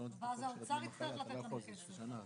האוצר יצטרך לתת לנו כסף.